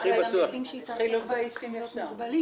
אבל הנושאים שהיא תעסוק בהם צריכים להיות מוגבלים,